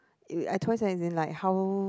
I as in like how